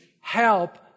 help